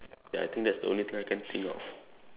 ya I think that's the only thing I can think of